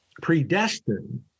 Predestined